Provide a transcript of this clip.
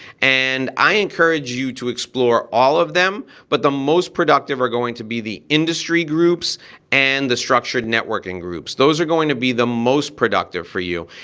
and i encourage you to explore all of them, but the most productive are going to be the industry groups and the structured networking groups. those are going to be the most productive for you.